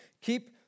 keep